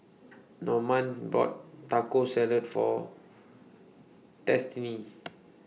Normand bought Taco Salad For Destiney